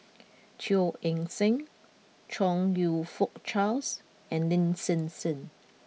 Teo Eng Seng Chong you Fook Charles and Lin Hsin Hsin